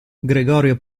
gregorio